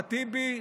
אחמד טיבי,